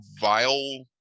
vile